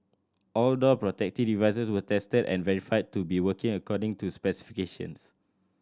all door protective devices were tested and verified to be working according to specifications